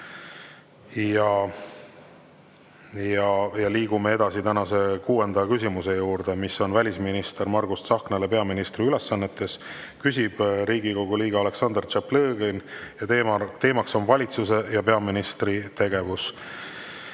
Liigume edasi tänase kuuenda küsimuse juurde, mis on välisminister Margus Tsahknale peaministri ülesannetes. Küsib Riigikogu liige Aleksandr Tšaplõgin ning teema on valitsuse ja peaministri tegevus.